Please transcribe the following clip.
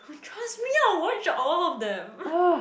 oh trust me I'll watch all of them